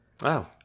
Wow